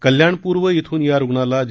कल्याण पूर्व इथून या रूग्णाला जे